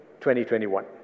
2021